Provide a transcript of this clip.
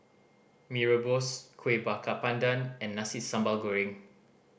Mee Rebus Kuih Bakar Pandan and Nasi Sambal Goreng